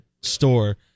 store